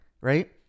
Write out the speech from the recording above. Right